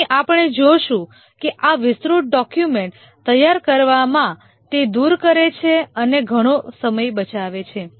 અહીં આપણે જોશું કે આ વિસ્તૃત ડોક્યુમેન્ટ્સ તૈયાર કરવામાં તે દૂર કરે છે અને ઘણો સમય બચાવે છે